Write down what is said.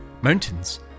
Mountains